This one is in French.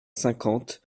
cinquante